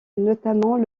notamment